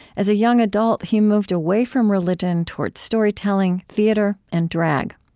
as a young adult he moved away from religion towards storytelling, theater, and drag.